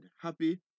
happy